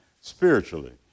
spiritually